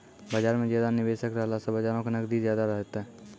बजार मे ज्यादा निबेशक रहला से बजारो के नगदी ज्यादा रहतै